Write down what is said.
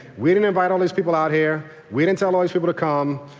we didn't invite all these people out here, we didn't tell all these people to come,